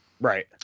Right